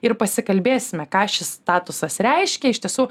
ir pasikalbėsime ką šis statusas reiškia iš tiesų